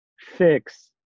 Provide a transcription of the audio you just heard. fix